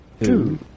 Two